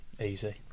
Easy